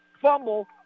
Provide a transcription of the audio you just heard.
fumble